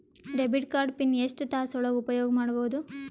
Debit card pin ಎಷ್ಟ ತಾಸ ಒಳಗ ಉಪಯೋಗ ಮಾಡ್ಬಹುದು?